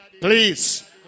Please